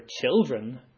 children